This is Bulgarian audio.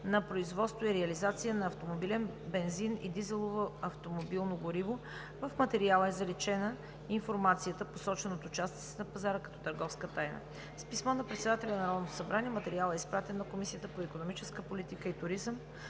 за производство и реализация на автомобилен бензин и дизелово автомобилно гориво. В материала е заличена информацията, посочена от участниците на пазара като търговска тайна. С писмо на председателя на Народното събрание материалът е изпратен на Комисията по икономическа политика и туризъм,